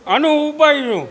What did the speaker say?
આનો ઉપાય શું